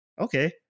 okay